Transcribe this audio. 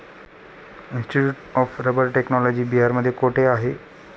Institute of Rubber Technology बिहारमध्ये कोठे आहे?